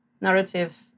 narrative